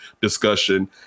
discussion